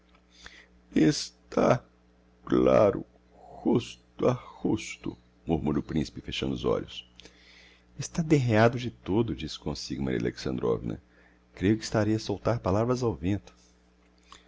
erguida está claro rosto a rosto murmura o principe fechando os olhos está derreado de todo diz comsigo maria alexandrovna creio que estarei a soltar palavras ao vento